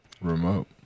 remote